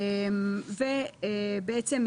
בעצם,